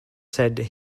said